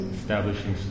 establishing